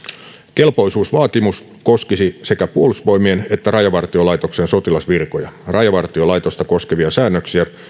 kelpoisuusvaatimus koskisi sekä puolustusvoimien että rajavartiolaitoksen sotilasvirkoja rajavartiolaitosta koskevia säännöksiä